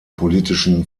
politischen